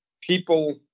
people